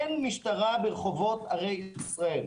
אין אכיפה ברחובות ערי ישראל.